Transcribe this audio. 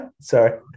Sorry